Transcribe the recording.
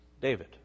David